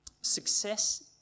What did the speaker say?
Success